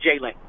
Jalen